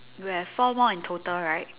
you have four more in total right